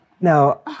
Now